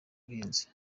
buhinzi